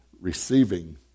receiving